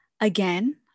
Again